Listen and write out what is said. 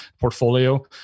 portfolio